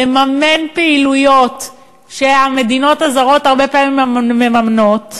לממן פעילויות שהמדינות הזרות הרבה פעמים מממנות,